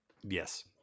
Yes